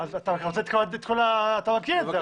אתה מכיר את זה.